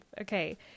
Okay